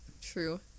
true